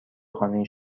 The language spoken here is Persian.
خانه